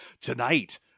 Tonight